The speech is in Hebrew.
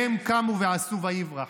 והם קמו ועשו ויברח.